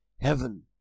heaven